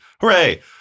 Hooray